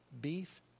Beef